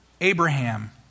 Abraham